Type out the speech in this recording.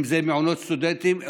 אם זה מעונות סטודנטים,